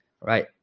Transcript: right